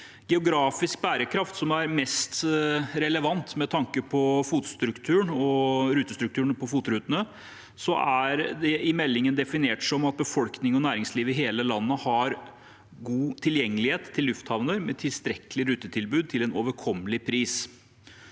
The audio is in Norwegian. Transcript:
Geografisk bærekraft, som er mest relevant med tanke på rutestrukturen på FOT-rutene, er i meldingen definert som at befolkning og næringsliv i hele landet har god tilgjengelighet til lufthavner med tilstrekkelig rutetilbud til en overkommelig pris.